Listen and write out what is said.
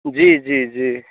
जी जी जी